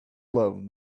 love